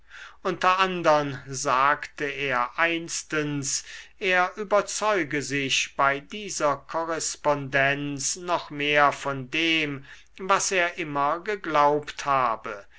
unter andern sagte er einstens er überzeuge sich bei dieser korrespondenz noch mehr von dem was er immer geglaubt habe